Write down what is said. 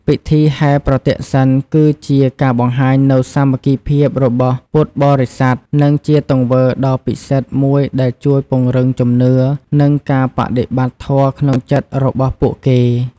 ពិធីហែរប្រទក្សិណ គឺជាការបង្ហាញនូវសាមគ្គីភាពរបស់ពុទ្ធបរិស័ទ និងជាទង្វើដ៏ពិសិដ្ឋមួយដែលជួយពង្រឹងជំនឿ និងការបដិបត្តិធម៌ក្នុងចិត្តរបស់ពួកគេ។